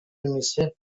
یونیسف